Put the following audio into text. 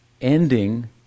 ending